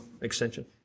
extension